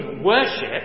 worship